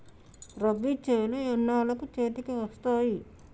రబీ చేలు ఎన్నాళ్ళకు చేతికి వస్తాయి?